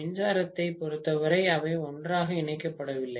மின்சாரத்தைப் பொறுத்தவரை அவை ஒன்றாக இணைக்கப்படவில்லை